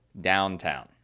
downtown